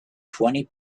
twenty